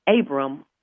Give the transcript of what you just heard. Abram